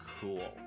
Cool